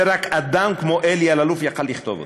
שרק אדם כמו אלי אלאלוף יכול היה לכתוב אותו,